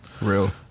Real